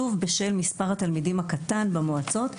שוב בשל מספר התלמידים הקטן במועצות.